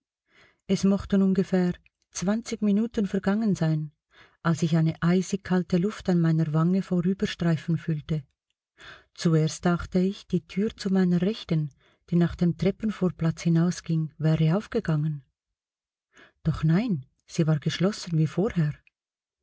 es mochten ungefähr zwanzig minuten vergangen sein als ich eine eisigkalte luft an meiner wange vorüberstreifen fühlte zuerst dachte ich die tür zu meiner rechten die nach dem treppenvorplatz hinausging wäre aufgegangen doch nein sie war geschlossen wie vorher